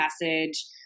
message